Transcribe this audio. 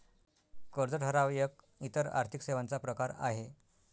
कर्ज ठराव एक इतर आर्थिक सेवांचा प्रकार आहे